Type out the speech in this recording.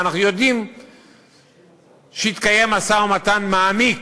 ואנחנו יודעים שהתקיים משא-ומתן מעמיק,